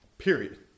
Period